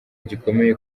gikomeye